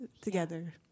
together